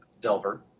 Delver